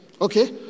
Okay